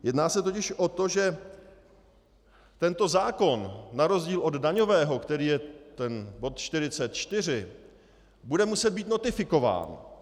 Jedná se totiž o to, že tento zákon na rozdíl od daňového, který je bod 44, bude muset být notifikován.